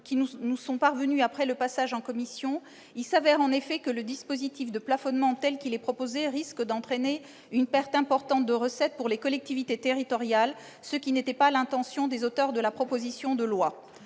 après l'examen du présent texte en commission, il apparaît que le dispositif de plafonnement, tel qu'il est proposé, risque d'entraîner une perte importante de recettes pour les collectivités territoriales. Telle n'était pas l'intention des auteurs de cette proposition de loi.